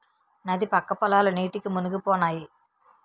నది పక్క పొలాలు నీటికి మునిగిపోనాయి